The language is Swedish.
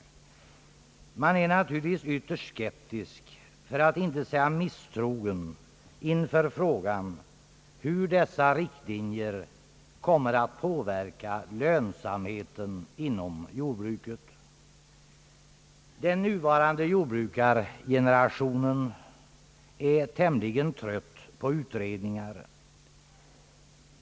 Jordbrukarna är naturligtvis ytterst skeptiska för att inte säga misstrogna inför frågan om hur dessa riktlinjer kommer att påverka lönsamheten inom jordbruket. Den nuvarande jordbrukargenerationen är tämligen trött på utredningar.